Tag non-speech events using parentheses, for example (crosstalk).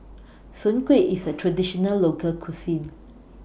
Soon Kueh IS A Traditional Local Cuisine (noise)